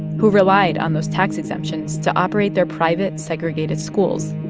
who relied on those tax exemptions to operate their private, segregated schools.